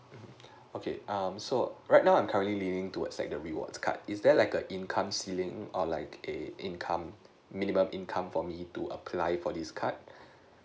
mmhmm okay um so right now I'm currently leaning towards like the rewards cards is there like a incomes ceiling or like a income minimum income for me to apply for this card